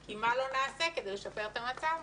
כי מה לא נעשה כדי לשפר את המצב?